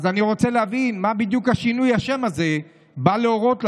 אז אני רוצה להבין: מה בדיוק שינוי השם הזה בא להורות לנו,